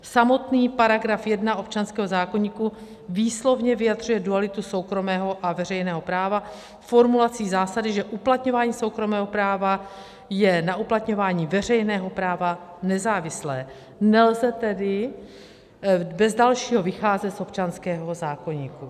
Samotný § 1 občanského zákoníku výslovně vyjadřuje dualitu soukromého a veřejného práva formulací zásady, že uplatňování soukromého práva je na uplatňování veřejného práva nezávislé, nelze tedy bez dalšího vycházet z občanského zákoníku.